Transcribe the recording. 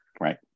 Right